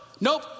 nope